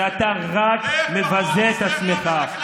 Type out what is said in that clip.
ואתה רק מבזה את עצמך,